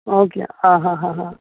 okay आं हां हां हां